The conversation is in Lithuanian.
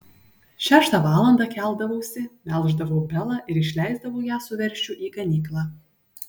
šeštą valandą keldavausi melždavau belą ir išleisdavau ją su veršiu į ganyklą